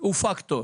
הוא פקטור